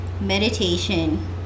meditation